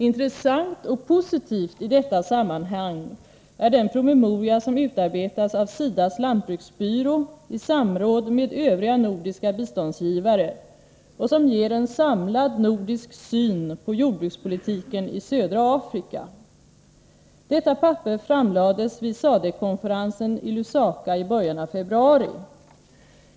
Intressant och positivt i detta sammanhang är den promemoria som utarbetats av SIDA:s lantbruksbyrå i samråd med övriga nordiska biståndsgivare och som ger en samlad nordisk syn på jordbrukspolitiken i södra Afrika. Detta papper framlades vid SADCC-konferensen i Lusaka i början av februari.